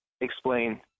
explain